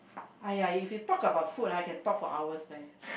!aiya! if we talk about food ah we can talk for hours leh